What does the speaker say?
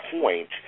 point